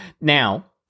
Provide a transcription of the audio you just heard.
Now